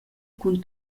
cun